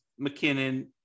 McKinnon